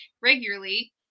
regularly